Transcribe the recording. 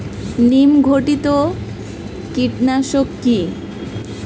নিম ঘটিত কীটনাশক কি?